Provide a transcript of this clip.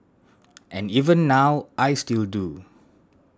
and even now I still do